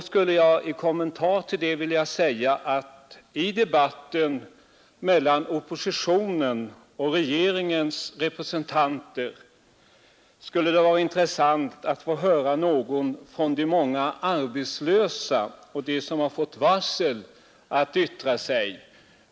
Som kommentar till det vill jag säga att i debatten mellan oppositionen och regeringens representanter skulle det vara intressant att få höra någon av de många arbetslösa och någon av dem som har fått varsel yttra sig.